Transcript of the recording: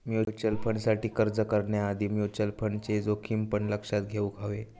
mutual फंडसाठी अर्ज करण्याआधी म्युचल फंडचे जोखमी पण लक्षात घेउक हवे